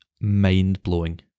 mind-blowing